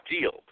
deal